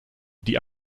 die